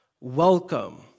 welcome